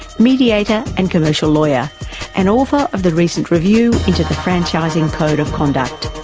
mediator and commercial lawyer and author of the recent review into the franchising code of conduct.